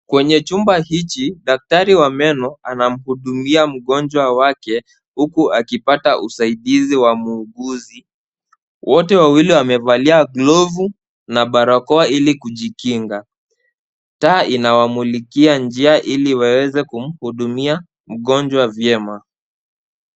Kwenye chumba hiki, daktari wa meno anamhudumia mgonjwa wake huku akipata usaidizi wa muuguzi. Wote wawili wamevalia glovu na barakoa ili kujikinga, taa ina wamulikia njia ili waweze kumhudumia mgonjwa vyema.